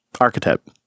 architect